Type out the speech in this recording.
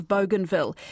Bougainville